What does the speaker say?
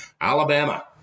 Alabama